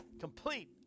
complete